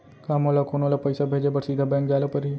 का मोला कोनो ल पइसा भेजे बर सीधा बैंक जाय ला परही?